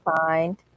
find